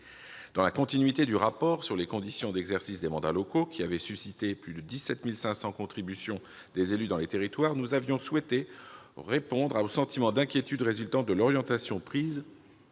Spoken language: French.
Dans la continuité du rapport sur les conditions d'exercice des mandats locaux, qui avait suscité plus de 17 500 contributions des élus dans les territoires, nous avions souhaité répondre au sentiment d'inquiétude résultant de l'orientation prise